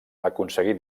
aconseguí